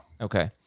Okay